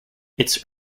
its